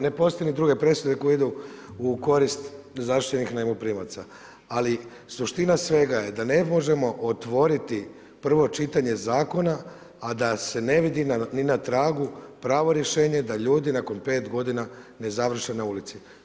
Ne postoje ni druge presude koje idu u korist zaštićenih najmoprimaca, ali suština svega je da ne možemo otvoriti prvo čitanje zakona, a da se ne vidi ni na tragu pravo rješenje da ljudi nakon pet godina ne završe na ulici.